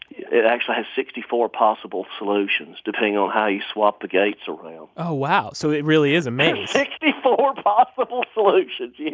it actually has sixty four possible solutions, depending on how you swap the gates around oh wow. so it really is a maze sixty four possible solutions, yes!